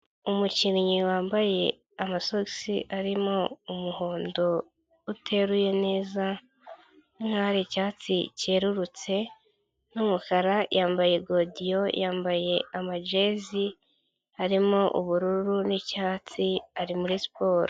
Umukinnyi wambaye amasogisi arimo umuhondo uteruye neza nk'aho ari icyatsi cyerurutse n'umukara, yambaye godiyo, yambaye amajesi arimo ubururu n'icyatsi ari muri siporo.